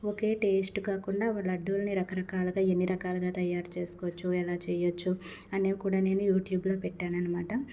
ఒకే taste కాకుండా లడ్డూలని రకరకాలుగా ఎన్ని రకాలుగా తయారు చేసుకోవచ్చు ఎలా చేయొచ్చు అనేవి కూడా నేను యూట్యూబ్లో పెట్టాను అనమాట